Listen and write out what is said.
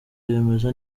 yemeze